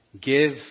Give